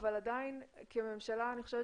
אבל עדיין כממשלה אני חושבת